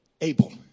Abel